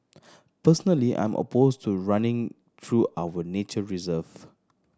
personally I'm opposed to running through our nature reserve